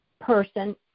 person